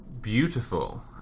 Beautiful